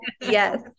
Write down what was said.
Yes